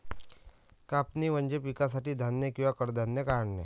कापणी म्हणजे पिकासाठी धान्य किंवा कडधान्ये काढणे